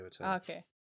Okay